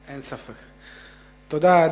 תודה.